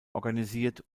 organisiert